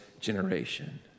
generation